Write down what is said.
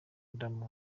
adam